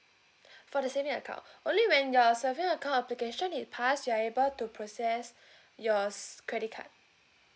for the saving account only when your saving account application it pass you are able to process your credit card